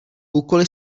úkoly